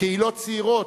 קהילות צעירות,